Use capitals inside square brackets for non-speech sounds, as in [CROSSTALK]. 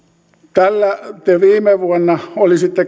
tällä te olisitte [UNINTELLIGIBLE]